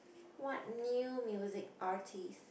what new music artist